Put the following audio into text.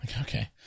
Okay